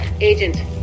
Agent